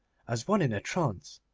as one in a trance,